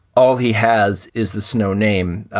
all he has is the snow name,